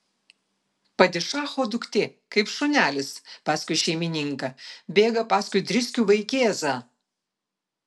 padišacho duktė kaip šunelis paskui šeimininką bėga paskui driskių vaikėzą